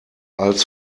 als